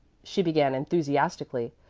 she began enthusiastically.